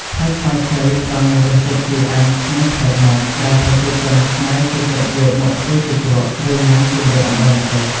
ផ្លែស្វាយខ្ចីផ្តល់នូវរសជាតិជូរអែមឆ្ងាញ់ប្លែកមាត់ ដែលប្រជាជនខ្មែរចូលចិត្តយកមកធ្វើជាជ្រក់ ឬញុំាជាមួយអំបិលម្ទេស។